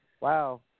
wow